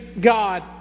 God